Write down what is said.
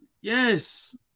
Yes